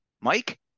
Mike